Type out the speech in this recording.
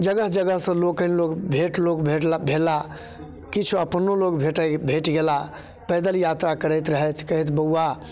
जगह जगहसँ लोकनि लोक भेँट लोक भेलाह किछु अपनो लोक भेटैत भेट गेलाह पैदल यात्रा करैत रहथि कहथि बौआ